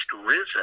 risen